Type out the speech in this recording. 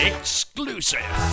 Exclusive